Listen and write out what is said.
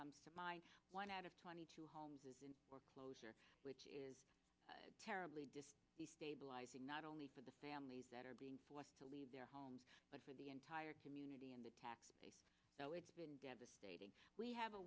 comes to mind one out of twenty two homes is in foreclosure which is terribly despite the stabilizing not only for the families that are being forced to leave their homes but for the entire community and the tax you know it's been devastating we have a